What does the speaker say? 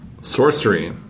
Sorcery